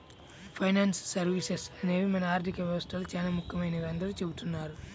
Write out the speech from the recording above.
finance services అనేవి మన ఆర్థిక వ్యవస్థలో చానా ముఖ్యమైనవని అందరూ చెబుతున్నారు